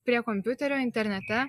prie kompiuterio internete